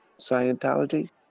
scientology